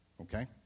okay